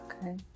okay